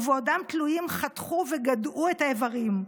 ובעודם תלויים חתכו וגדעו את האיברים.